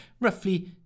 roughly